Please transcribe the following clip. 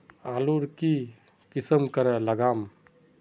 आलूर की किसम करे लागम?